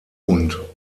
und